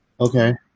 Okay